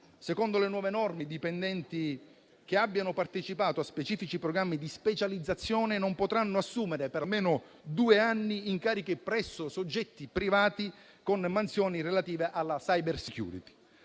Secondo le nuove norme, i dipendenti che abbiano partecipato a specifici programmi di specializzazione non potranno assumere per almeno due anni incarichi presso soggetti privati con mansioni relative alla *cybersecurity*.